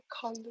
color